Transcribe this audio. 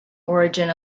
origin